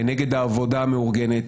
כנגד העבודה המאורגנת,